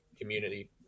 community